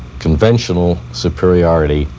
conventional superiority,